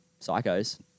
psychos